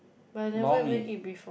lor mee